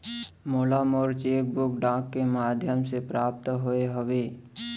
मोला मोर cheque book डाक के मध्याम ले प्राप्त होय हवे